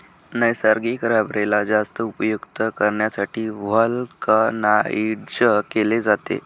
नैसर्गिक रबरेला जास्त उपयुक्त करण्यासाठी व्हल्कनाइज्ड केले जाते